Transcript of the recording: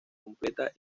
completa